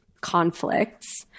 conflicts